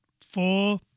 four